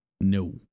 no